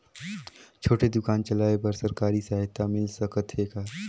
छोटे दुकान चलाय बर सरकारी सहायता मिल सकत हे का?